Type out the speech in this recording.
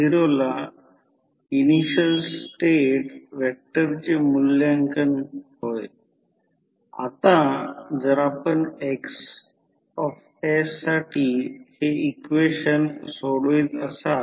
तर primary winding मग हा प्युर इंडक्टर असेल कारण प्रायमरी वायडींगला अल्टरनेटींग सप्लाय देत आहेत